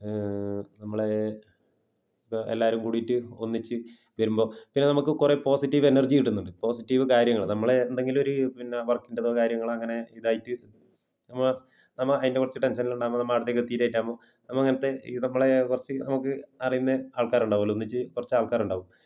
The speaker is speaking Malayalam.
നമ്മളെ ഇപ്പം എല്ലാവരും കൂടിയിട്ട് ഒന്നിച്ച് വരുമ്പം പിന്നെ നമുക്ക് കുറേ പോസിറ്റീവ് എനര്ജി കിട്ടുന്നുണ്ട് പോസിറ്റീവ് കാര്യങ്ങൾ നമ്മളെ എന്തെങ്കിലും ഒരു പിന്നെ വര്ക്കിൻ്റേതോ കാര്യങ്ങളോ അങ്ങനെ ഇതായിട്ട് നമ്മൾ നമ്മൾ അതിന്റെ കുറച്ച് ടെന്ഷനിലുണ്ടാവുമ്പോൾ നമ്മൾ അവിടത്തേക്കു എത്തിയിട്ടകുമ്പോൾ അങ്ങനത്തെ നമ്മളേ കുറച്ച് നമ്മൾക്ക് അറിയുന്നത് ആള്ക്കാരുണ്ടാവുമല്ലോ ഒന്നിച്ച് കുറച്ച് ആള്ക്കാരുണ്ടാവും